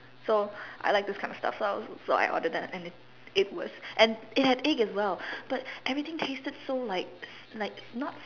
so I like these kind of stuff so so I ordered that and it was and it had egg as well but everything tasted so like like not